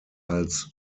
als